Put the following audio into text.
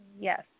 Yes